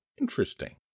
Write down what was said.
Interesting